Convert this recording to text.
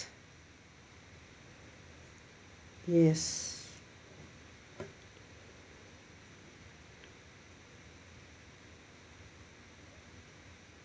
yes